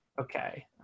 Okay